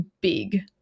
big